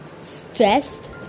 stressed